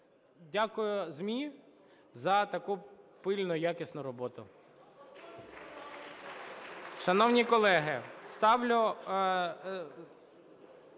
Дякую ЗМІ за таку пильну і якісну роботу.